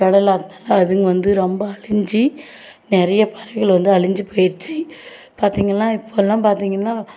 இடம் இல்லாததனால அதுங்கள் வந்து ரொம்ப அழிந்து நிறையா பறவைகள் வந்து அழிந்து போயிருச்சு பார்த்தீங்கள்னா இப்போல்லாம் பார்த்தீங்கள்னா